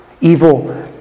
Evil